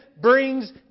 brings